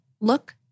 look